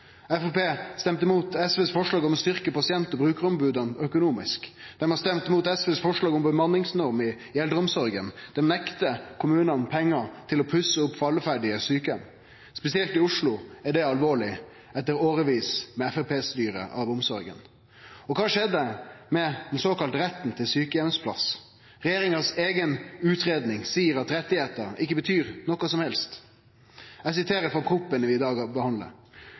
stemte imot forslaget frå SV om å styrkje pasient- og brukaromboda økonomisk. Dei har stemt imot forslaget frå SV om bemanningsnorm i eldreomsorga. Dei nektar kommunane pengar til å pusse opp falleferdige sjukeheimar. Spesielt i Oslo er dette alvorleg etter årevis med Framstegsparti-styre av omsorga. Og kva skjedde med den såkalla retten til sjukeheimsplass? Regjeringas eiga utgreiing seier at retten ikkje betyr noko som helst. Eg siterer frå proposisjonen vi behandlar i dag: